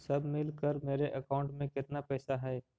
सब मिलकर मेरे अकाउंट में केतना पैसा है?